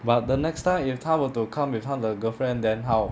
but the next time if 他 were to come with 他的 girlfriend then how